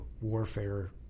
warfare